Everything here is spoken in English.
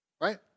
right